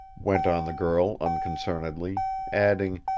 went on the girl unconcernedly adding,